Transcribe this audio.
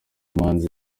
umuhanzi